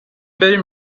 بریم